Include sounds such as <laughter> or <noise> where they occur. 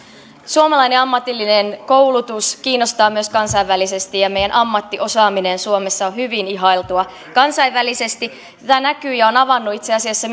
suomalainen ammatillinen koulutus kiinnostaa myös kansainvälisesti ja meidän ammattiosaamisemme suomessa on hyvin ihailtua kansainvälisesti tämä näkyy ja on avannut itse asiassa <unintelligible>